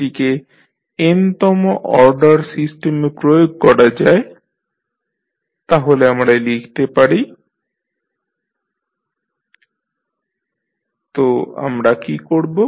এটিকে n তম order সিস্টেমে প্রয়োগ করা যায় তাহলে আমরা লিখতে পারি dnydtnan 1dn 1ydtn 1a1dytdta0ytft তো আমরা কী করব